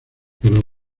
pero